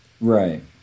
Right